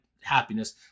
happiness